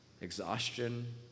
exhaustion